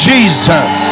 Jesus